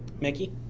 Mickey